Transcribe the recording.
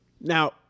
Now